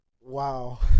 Wow